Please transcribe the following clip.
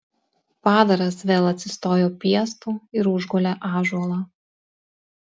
padaras vėl atsistojo piestu ir užgulė ąžuolą